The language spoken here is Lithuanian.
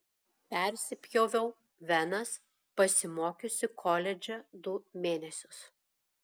persipjoviau venas pasimokiusi koledže du mėnesius